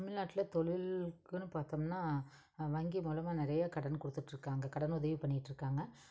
தமிழ்நாட்டில தொழிலுக்குனு பார்த்தோம்னா வங்கி மூலமாக நிறைய கடன் கொடுத்துட்டுருக்காங்க கடன் உதவி பண்ணிகிட்டுருக்காங்க